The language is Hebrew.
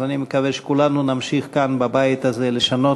אז אני מקווה שכולנו נמשיך כאן בבית הזה לשנות